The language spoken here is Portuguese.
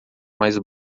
mais